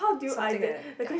something like that ya